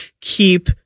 keep